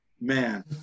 man